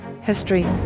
history